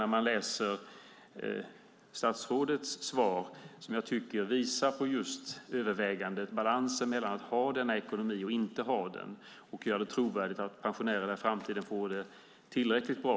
När man läser statsrådets svar tycker jag att det visar på övervägandet och balansen mellan att ha denna ekonomi och att inte ha den samt på att göra det trovärdigt att pensionärerna i framtiden får det tillräckligt bra.